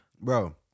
Bro